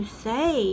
say